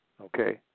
okay